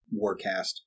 Warcast